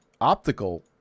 optical